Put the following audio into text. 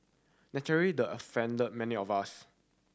naturally the offended many of us